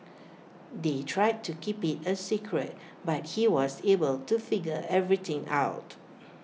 they tried to keep IT A secret but he was able to figure everything out